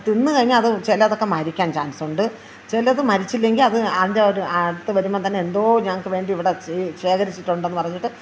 തിന്ന് കഴിഞ്ഞാൽ അത് ചിലതൊക്കെ മരിക്കാൻ ചാൻസ് ഉണ്ട് ചിലത് മരിച്ചില്ലെങ്കിൽ അത് അതിൻ്റെ ഒരു അടുത്ത് വരുമ്പോൾ തന്നെ എന്തോ ഞങ്ങൾക്ക് വേണ്ടി ഇവിടെ ചേ ശേഖരിച്ചിട്ടുണ്ടെന്ന് പറഞ്ഞിട്ട്